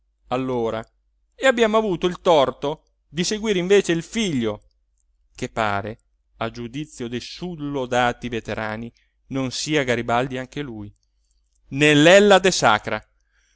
allora e abbiamo avuto il torto di seguire invece il figlio che pare a giudizio dei sullodati veterani non sia garibaldi anche lui nell'ellade sacra